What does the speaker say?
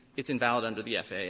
it's invalid under the faa.